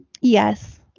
Yes